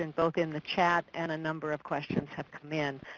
and both in the chat and a number of questions have come in.